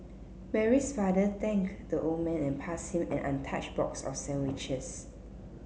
Mary's father thanked the old man and passed him an untouched box of sandwiches